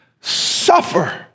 suffer